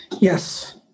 Yes